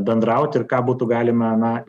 bendrauti ir ką būtų galime na